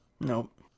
Nope